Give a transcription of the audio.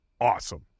awesome